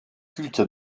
culte